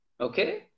Okay